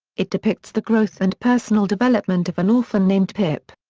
it depicts the growth and personal development of an orphan named pip.